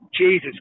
Jesus